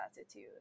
attitude